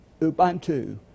Ubuntu